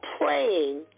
praying